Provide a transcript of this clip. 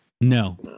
No